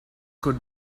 could